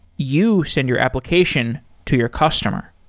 you send your application to your customer